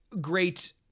great